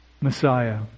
Messiah